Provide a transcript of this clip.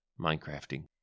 Minecrafting